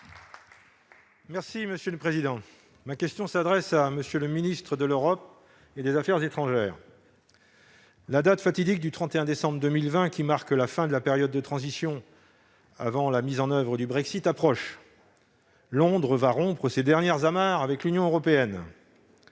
Les Républicains. Ma question s'adresse à M. le ministre de l'Europe et des affaires étrangères. La date fatidique du 31 décembre 2020, qui marque la fin de la période de transition avant la mise en oeuvre du Brexit, approche. Londres va rompre ses dernières amarres avec l'Union européenne.